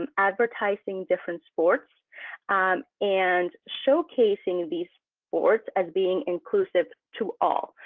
advertising different sports and showcasing these boards as being inclusive to all,